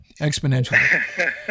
exponentially